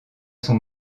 son